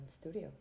studio